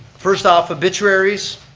first off, obituaries.